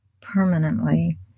permanently